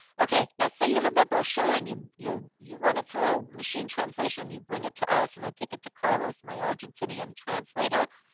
okay, now say you have that brochure and you you run it through machine translation, you bring it to us. and i take it to carlos, my argentinian translator,